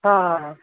हां हां हां